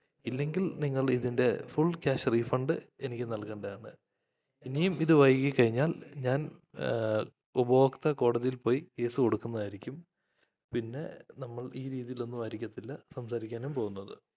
ഇല്ലെങ്കിൽ നിങ്ങൾ ഇതിൻ്റെ ഫുൾ ക്യാഷ് റീഫണ്ട് എനിക്ക് നൽകേണ്ടത് ആണ് ഇനിയും ഇത് വൈകി കഴിഞ്ഞാൽ ഞാൻ ഉപഭോക്തൃ കോടതിയിൽ പോയി കേസ് കൊടുക്കുന്നത് ആയിരിക്കും പിന്നെ നമ്മൾ ഈ രീതിയിൽ ഒന്നും ആയിരിക്കത്തില്ല സംസാരിക്കാനും പോകുന്നത്